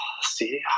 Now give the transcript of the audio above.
see